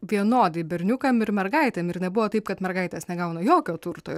vienodai berniukam ir mergaitėm ir nebuvo taip kad mergaitės negauna jokio turto